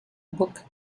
book